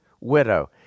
widow